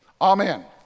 Amen